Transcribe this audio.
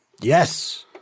Yes